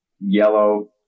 yellow